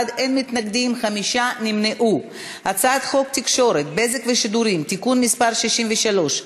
חוק התקשורת (בזק ושידורים) (תיקון מס' 63),